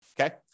Okay